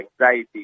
anxiety